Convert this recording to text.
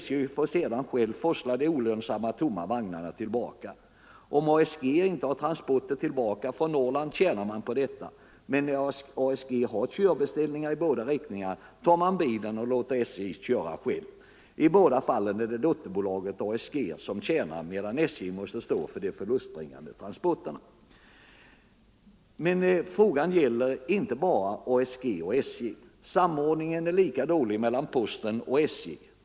SJ får sedan själv forsla de olönsamma tomma vagnarna tillbaka. Om ASG inte har transporter tillbaka från Norrland tjänar man på detta. Men när ASG har körbeställningar i båda riktningarna tar man bilen och låter SJ köra själv. I båda fallen är det dotterbolaget ASG som tjänar medan SJ måste stå för de förlustbringande transporterna. Men frågan gäller inte bara ASG och SJ. Samordningen är lika dålig mellan postverket och SJ.